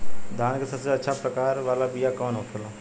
धान के सबसे अच्छा प्रकार वाला बीया कौन होखेला?